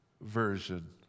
version